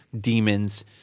demons—